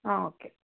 okay